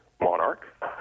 monarch